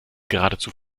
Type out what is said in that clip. geradezu